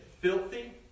filthy